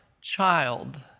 child